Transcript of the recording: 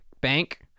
Bank